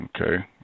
Okay